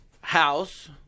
house